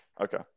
okay